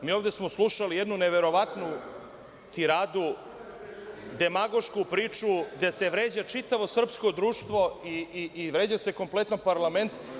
Mi smo ovde slušali jednu neverovatnu tiradu, demagošku priču gde se vređa čitavo srpsko društvo i vređa se kompletno parlament.